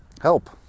help